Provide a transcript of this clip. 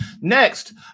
next